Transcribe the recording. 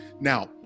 Now